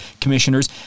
commissioners